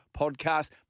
Podcast